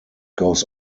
goes